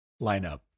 lineup